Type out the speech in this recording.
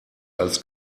als